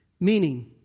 Meaning